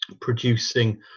producing